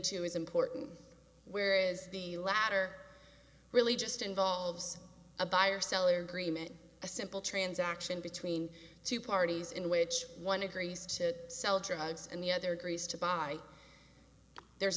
two is important where is the latter really just involves a buyer seller agreement a simple transaction between two parties in which one agrees to sell drugs and the other agrees to buy there's